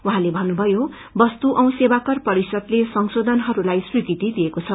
उहाँले मन्नुमयो वस्तु औ सेवाकर परिषदले संशोषनहरूलाई स्वीकृति दिइएको छ